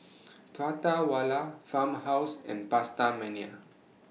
Prata Wala Farmhouse and PastaMania